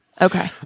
Okay